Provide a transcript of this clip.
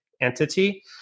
entity –